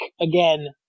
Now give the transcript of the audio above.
again